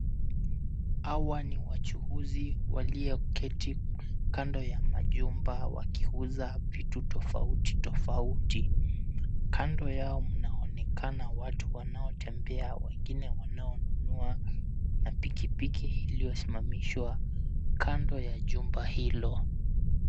Hawa ni wachuuzi walioketi kando ya majumba wakiuza vitu tofauti tofauti. Kando yao mnaonekana watu wanaotembea wengine wanaonunua na pikipiki iliyosimamishwa kando ya jumba hilo.